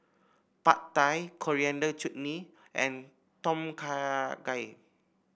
Pad Thai Coriander Chutney and Tom Kha Gai